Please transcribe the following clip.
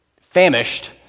famished